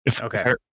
Okay